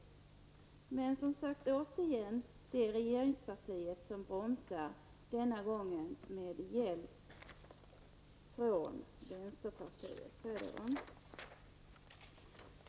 Men det är återigen regeringspartiet som bromsar, och denna gång med hjälp från vänsterpartiet, tror jag.